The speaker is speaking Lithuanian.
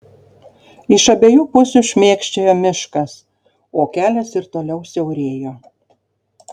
iš abiejų pusių šmėkščiojo miškas o kelias ir toliau siaurėjo